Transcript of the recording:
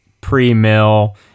pre-mill